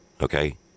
okay